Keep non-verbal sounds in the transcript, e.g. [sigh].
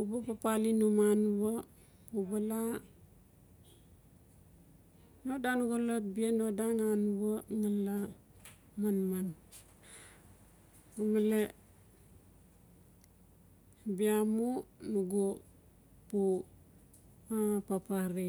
U ba papali nm anua ubala no dan xolot bia no dan anua ngali laa manman. Male bia mu nugu pu [hesitation] papare.